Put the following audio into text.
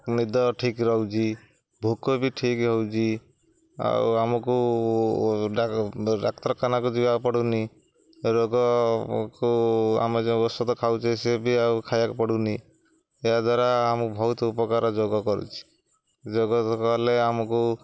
ନିଦ ଠିକ୍ ରହୁଛିି ଭୋକ ବି ଠିକ୍ ହେଉଛିି ଆଉ ଆମକୁ ଡାକ୍ତରଖାନାକୁ ଯିବାକୁ ପଡ଼ୁନି ରୋଗକୁ ଆମ ଯେଉଁ ଔଷଧ ଖାଉଛେ ସିଏ ବି ଆଉ ଖାଇବାକୁ ପଡ଼ୁନି ଏହାଦ୍ୱାରା ଆମକୁ ବହୁତ ଉପକାର ଯୋଗ କରୁଛିି ଯୋଗ କଲେ ଆମକୁ